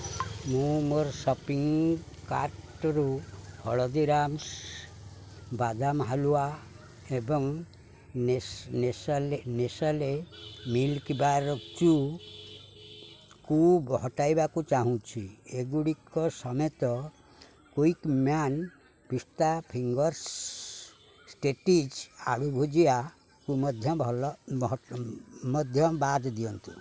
ମୁଁ ମୋର ସପିଂ କାର୍ଟ୍ରୁ ହଳଦୀରାମ୍ସ୍ ବାଦାମ ହାଲୁଆ ଏବଂ ନେସ୍ଲେ ମିଲ୍କିବାର୍ଚୁକୁ ହଟାଇବାକୁ ଚାହୁଁଛି ଏଗୁଡ଼ିକ ସମେତ କୁଇକ୍ ମ୍ୟାନ୍ ପିସ୍ତା ଫିଙ୍ଗର୍ସ୍ ଷ୍ଟେଟିଜ୍ ଆଳୁ ଭୁଜିଆକୁ ମଧ୍ୟ ଭଲ ମଧ୍ୟ ବାଦ୍ ଦିଅନ୍ତୁ